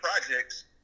projects